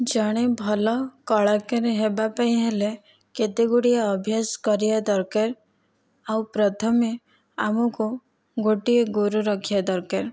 ଜଣେ ଭଲ କଳାକାର ହେବା ପାଇଁ ହେଲେ କେତେଗୁଡ଼ିଏ ଅଭ୍ୟାସ କରିବା ଦରକାର ଆଉ ପ୍ରଥମେ ଆମକୁ ଗୋଟିଏ ଗୁରୁ ରଖିବା ଦରକାର